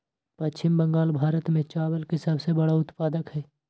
पश्चिम बंगाल भारत में चावल के सबसे बड़ा उत्पादक हई